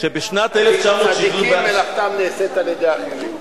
שבשנת 1964 על זה נאמר: "צדיקים מלאכתם נעשית בידי אחרים".